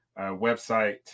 website